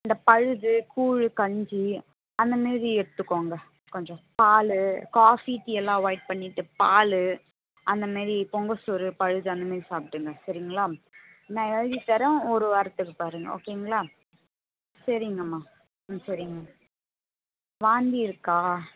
இந்த பழைது கூழ் கஞ்சி அந்தமாரி எடுத்துக்கோங்க கொஞ்சம் பால் காஃபி டீயெல்லாம் அவாய்ட் பண்ணிட்டு பால் அந்தமாரி பொங்கல் சோறு பழைது அந்தமாரி சாப்பிடுங்க சரிங்களா நான் எழுதித்தரேன் ஒரு வாரத்துக்கு பாருங்க ஓகேங்களா சரிங்கம்மா ம் சரிங்கம்மா வாந்திருக்கா